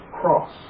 cross